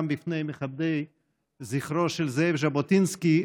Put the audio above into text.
בפני מכבדי זכרו של זאב ז'בוטינסקי.